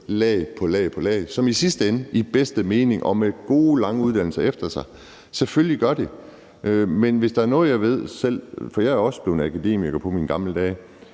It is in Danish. lag på lag, som i den bedste mening og med gode lange uddannelser efter sig selvfølgelig i sidste ende gør det. Men hvis der er noget, jeg selv ved at akademikere kan – for jeg er også blevet akademiker på mine gamle dage